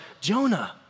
Jonah